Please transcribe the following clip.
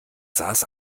saß